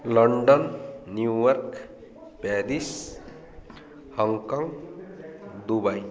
London New York Paris Hong Kong Dubai